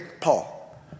Paul